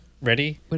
ready